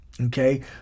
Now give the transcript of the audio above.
Okay